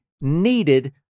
needed